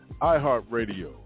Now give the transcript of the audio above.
iHeartRadio